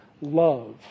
love